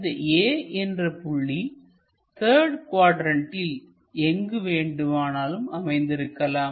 இந்த A என்ற புள்ளி த்தர்டு குவாட்ரண்ட்டில் எங்கு வேண்டுமானாலும் அமைந்திருக்கலாம்